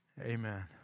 Amen